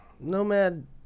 Nomad